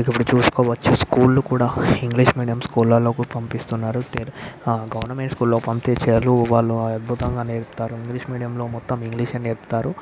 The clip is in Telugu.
ఇక ఇప్పుడు చూసుకోవచ్చు స్కూళ్ళు కూడా ఇంగ్షీషు మీడియం స్కూళ్ళకు పంపిస్తున్నారు తీరా గవర్నమెంట్ స్కూల్లో పంపించరు వాళ్ళు అద్భుతంగా నేర్పుతారు ఇంగ్లీష్ మీడియంలో మొత్తం ఇంగ్లీషే నేర్పుతారు